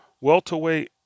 Welterweight